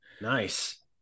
Nice